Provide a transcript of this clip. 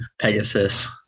Pegasus